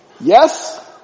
Yes